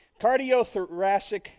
cardiothoracic